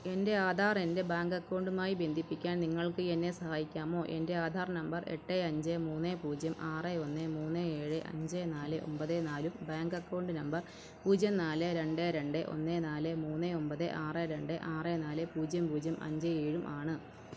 എൻ്റെ ആധാർ എൻ്റെ ബാങ്ക് അക്കൗണ്ടുമായി ബന്ധിപ്പിക്കാൻ നിങ്ങൾക്ക് എന്നെ സഹായിക്കാമോ എൻ്റെ ആധാർ നമ്പർ എട്ട് അഞ്ച് മൂന്ന് പൂജ്യം ആറ് ഒന്ന് മൂന്ന് ഏഴ് അഞ്ച് നാല് ഒൻപത് നാല് ബാങ്ക് അക്കൗണ്ട് നമ്പർ പൂജ്യം നാല് രണ്ട് രണ്ട് ഒന്ന് നാല് മൂന്ന് ഒൻപത് ആറ് രണ്ട് ആറ് നാല് പൂജ്യം പൂജ്യം അഞ്ച് ഏഴ് ആണ്